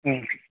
हं